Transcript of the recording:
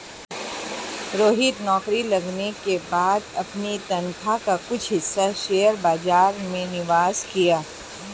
रोहित नौकरी लगने के बाद अपनी तनख्वाह का कुछ हिस्सा शेयर बाजार में निवेश किया